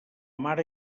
mare